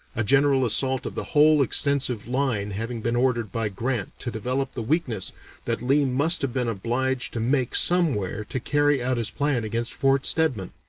a general assault of the whole extensive line having been ordered by grant to develop the weakness that lee must have been obliged to make somewhere to carry out his plan against fort stedman.